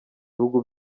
bihugu